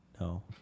No